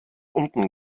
unten